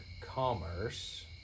commerce